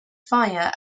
fire